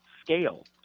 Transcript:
scale